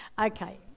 Okay